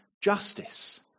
justice